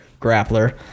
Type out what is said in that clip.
grappler